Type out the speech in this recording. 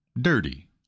dirty